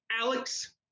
Alex